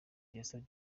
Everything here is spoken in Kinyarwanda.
yasabye